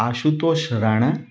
Ashutosh Rana